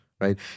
right